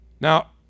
Now